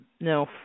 no